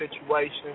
situation